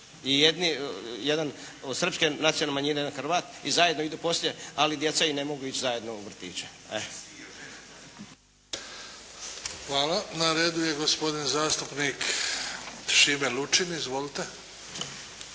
I jedan srpske nacionalne manjine, jedan Hrvat i zajedno idu poslije, ali djeca im ne mogu ići zajedno u vrtiće. **Bebić, Luka (HDZ)** Hvala. Na redu je gospodin zastupnik Šime Lučin. Izvolite.